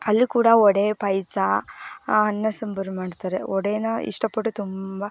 ಅಲ್ಲೂ ಕೂಡ ವಡೆ ಪಾಯಸ ಅನ್ನ ಸಾಂಬಾರು ಮಾಡ್ತಾರೆ ವಡೆನ ಇಷ್ಟಪಟ್ಟು ತುಂಬ